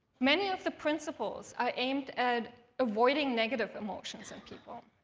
many of the principles are aimed at avoiding negative emotions in people.